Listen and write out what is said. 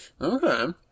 Okay